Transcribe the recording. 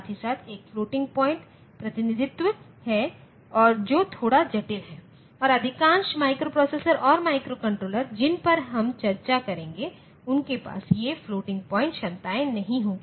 साथ ही साथ एक फ्लोटिंगपॉइंटप्रतिनिधित्व है और जो थोड़ा जटिल है और अधिकांश माइक्रोप्रोसेसरऔर माइक्रोकंट्रोलर जिन पर हम चर्चा करेंगे उनके पास ये फ्लोटिंग पॉइंट क्षमताएं नहीं होंगी